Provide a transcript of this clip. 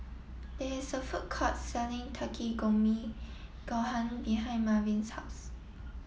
there is a food court selling Takikomi Gohan behind Malvin's house